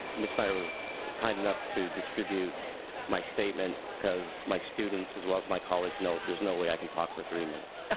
miss snyder was kind enough to distribute my statement because my students, as well as my colleagues, know there's no way i can talk for three minutes.